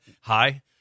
hi